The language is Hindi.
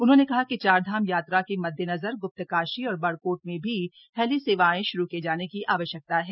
उन्होंने कहा कि चारधाम यात्रा के मद्देनदर ग्र्प्तकाशी और बड़कोट में भी हेली सेवाएं श्रू किये जाने की आवश्यकता है